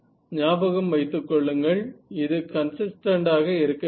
ஞாபகம் வைத்துக்கொள்ளுங்கள் இது கன்ஸிஸ்டென்ட் ஆக இருக்க வேண்டும்